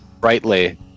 brightly